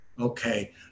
okay